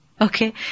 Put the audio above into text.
Okay